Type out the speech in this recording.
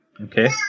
Okay